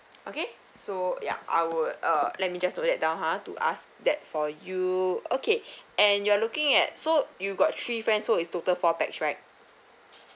okay so yup I would uh let me just note it down ha to ask that for you okay and you are looking at so you got three friends so it's total four pax right